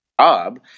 job